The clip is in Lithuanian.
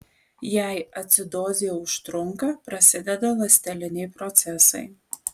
jei acidozė užtrunka prasideda ląsteliniai procesai